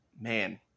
man